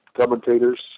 commentators